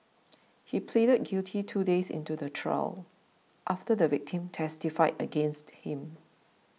he pleaded guilty two days into the trial after the victim testified against him